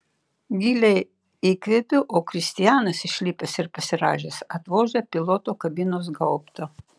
giliai įkvepiu o kristianas išlipęs ir pasirąžęs atvožia piloto kabinos gaubtą